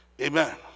Amen